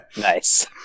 Nice